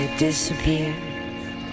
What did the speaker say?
disappear